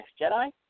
Jedi